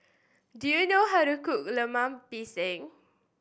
do you know how to cook Lemper Pisang